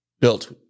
built